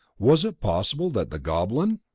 was it possible that the goblin?